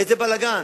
איזה בלגן,